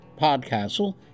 PodCastle